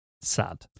sad